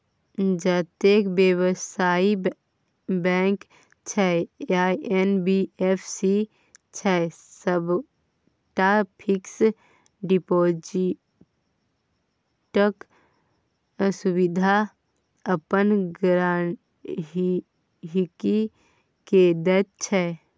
जतेक बेबसायी बैंक छै या एन.बी.एफ.सी छै सबटा फिक्स डिपोजिटक सुविधा अपन गांहिकी केँ दैत छै